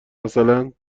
مثلا